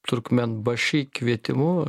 turkmenbaši kvietimu